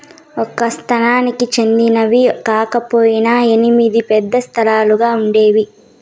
ఒక సంస్థకి చెందినవి కాకపొయినా ఎనిమిది పెద్ద సంస్థలుగా ఉండేవి